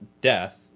death